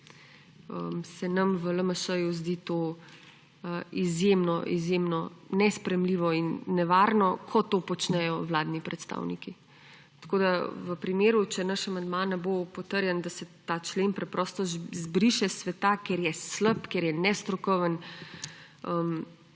se nam v LMŠ zdi to izjemno, izjemno nesprejemljivo in nevarno, ko to počnejo vladni predstavniki. V primeru, če naš amandma ne bo potrjen, da se ta člen preprosto zbriše s sveta, ker je slab, ker je nestrokoven,